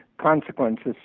consequences